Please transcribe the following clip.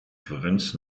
florenz